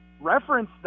reference